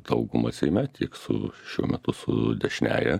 dauguma seime tik su šiuo metu su dešiniąja